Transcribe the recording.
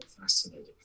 fascinating